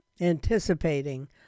anticipating